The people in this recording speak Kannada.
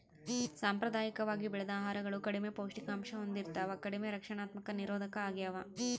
ಸಾಂಪ್ರದಾಯಿಕವಾಗಿ ಬೆಳೆದ ಆಹಾರಗಳು ಕಡಿಮೆ ಪೌಷ್ಟಿಕಾಂಶ ಹೊಂದಿರ್ತವ ಕಡಿಮೆ ರಕ್ಷಣಾತ್ಮಕ ನಿರೋಧಕ ಆಗ್ಯವ